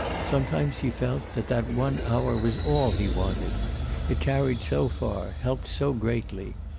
some times he felt that that one hour was all he wanted it carried so far, helped so greatly.